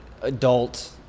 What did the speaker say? adult